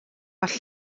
all